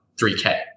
3k